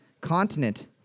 continent